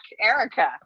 Erica